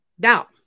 Now